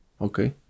okay